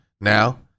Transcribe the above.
now